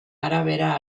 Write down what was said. arabera